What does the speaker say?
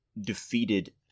defeated